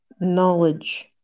knowledge